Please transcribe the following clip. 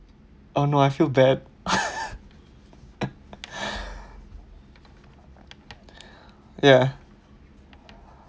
oh no I feel bad ya